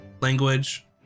language